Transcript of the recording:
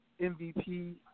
MVP